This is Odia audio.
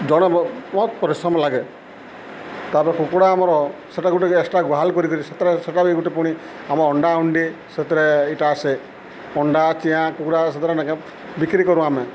ଜଣେ ବହୁତ ପରିଶ୍ରମ ଲାଗେ ତାପରେ କୁକୁଡ଼ା ଆମର ସେଇଟାକୁ ଗୋଟେ ଏକ୍ସଟ୍ରା ଗୁହାଲ କରିକରି ସେ ସେଟା ବି ଗୋଟେ ପୁଣି ଆମ ଅଣ୍ଡା ଅଣ୍ଡି ସେଥିରେ ଇଟା ଆସେ ଅଣ୍ଡା ଚିଆଁ କୁକୁଡ଼ା ସେଥିରେ ନେକେଁ ବିକ୍ରି କରୁ ଆମେ